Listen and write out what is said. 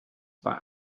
bei